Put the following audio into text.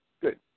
Good